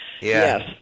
Yes